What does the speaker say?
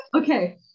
okay